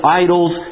idols